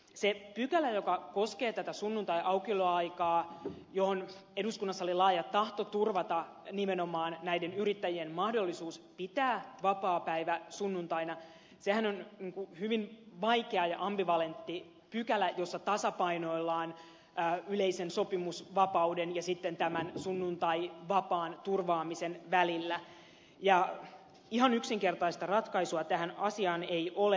se pykälä joka koskee tätä sunnuntaiaukioloaikaa eduskunnassa oli laaja tahto turvata nimenomaan näiden yrittäjien mahdollisuus pitää vapaapäivä sunnuntaina sehän on hyvin vaikea ambivalentti pykälä jossa tasapainoillaan yleisen sopimusvapauden ja sitten tämän sunnuntaivapaan turvaamisen välillä ja ihan yksinkertaista ratkaisua tähän asiaan ei ole